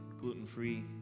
gluten-free